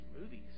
movies